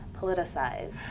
politicized